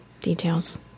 details